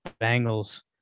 Bengals